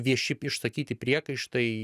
vieši išsakyti priekaištai